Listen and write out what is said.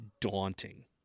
daunting